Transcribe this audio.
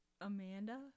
Amanda